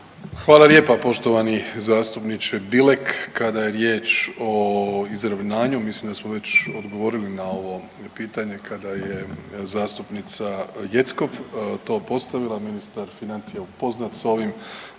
Hvala lijepa poštovani zastupniče Bilek. Kada je riječ o izravnanju, mislim da smo već odgovorili na ovo pitanje kada je zastupnica Jeckov to postavila. Ministar financija je upoznat sa ovim.